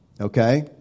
Okay